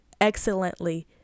excellently